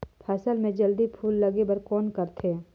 फसल मे जल्दी फूल लगे बर कौन करथे?